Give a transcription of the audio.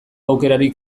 aukerarik